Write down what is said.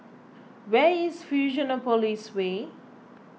where is Fusionopolis Way